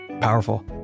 Powerful